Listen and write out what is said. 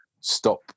stop